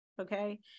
Okay